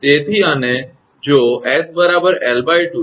તેથી અને જો 𝑠 𝑙2 છે તો 𝑇𝑦 𝑊𝑠